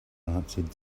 answered